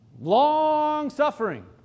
Long-suffering